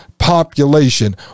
population